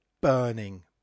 burning